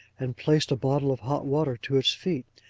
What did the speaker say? and placed a bottle of hot water to its feet,